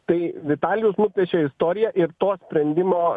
tai vitalijus nupiešė istoriją ir to sprendimo